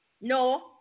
No